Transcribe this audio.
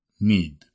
need